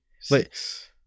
six